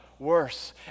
Worse